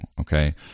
okay